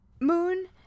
Moon